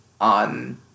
on